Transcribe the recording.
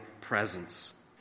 presence